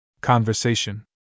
Conversation